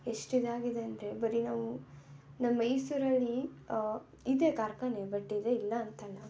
ಎಷ್ಟು ಇದಾಗಿದೆ ಅಂದರೆ ಬರೀ ನಾವೂ ನಮ್ಮ ಮೈಸೂರಲ್ಲಿ ಇದೆ ಕಾರ್ಖಾನೆ ಬಟ್ ಇದೆ ಇಲ್ಲ ಅಂತಲ್ಲ